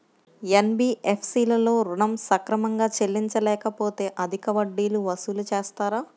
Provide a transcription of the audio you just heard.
NBFC లలో ఋణం సక్రమంగా చెల్లించలేకపోతె అధిక వడ్డీలు వసూలు చేస్తారా?